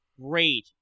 Great